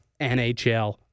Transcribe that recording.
NHL